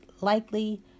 likely